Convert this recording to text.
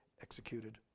executed